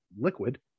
liquid